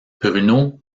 bruno